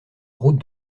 route